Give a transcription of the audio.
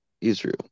Israel